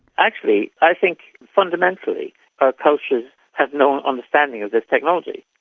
actually i think fundamentally our culture has no understanding of this technology.